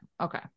Okay